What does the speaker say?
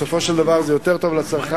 בסופו של דבר זה יותר טוב לצרכן.